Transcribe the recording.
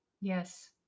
Yes